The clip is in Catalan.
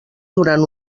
durant